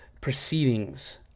proceedings